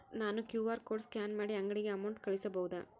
ನಾನು Q R code scan ಮಾಡಿ ಅಂಗಡಿಗೆ ಅಮೌಂಟ್ ಕಳಿಸಬಹುದಾ?